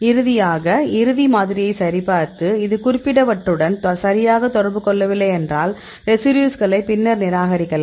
இறுதியாக இறுதி மாதிரியை சரிபார்த்து இது குறிப்பிட்டவற்றுடன் சரியாக தொடர்பு கொள்ளவில்லை என்றால் ரெசிடியூஸ்களை பின்னர் நிராகரிக்கலாம்